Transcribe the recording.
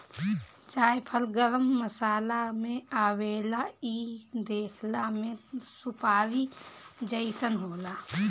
जायफल गरम मसाला में आवेला इ देखला में सुपारी जइसन होला